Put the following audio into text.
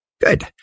Good